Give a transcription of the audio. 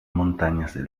montañas